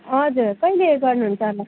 हजुर कहिले गर्नुहुन्छ होला